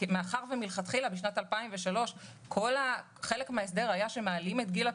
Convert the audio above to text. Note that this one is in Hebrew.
מאחר ומלכתחילה בשנת 2003 חלק מן ההסדר היה שמעלים את גיל הפרישה,